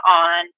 on